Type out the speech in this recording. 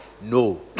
No